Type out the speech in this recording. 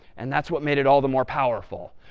and that's what made it all the more powerful.